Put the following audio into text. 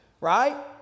Right